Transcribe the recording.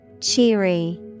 Cheery